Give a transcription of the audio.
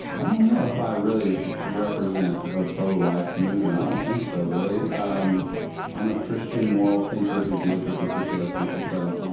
i don't know if i really represent the pro-life movement. i don't think so really. um i'm a christian moral thinker who deals with this issue, as frances said, um um